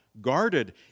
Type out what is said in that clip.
guarded